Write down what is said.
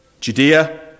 Judea